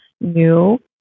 new